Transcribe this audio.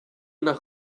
nach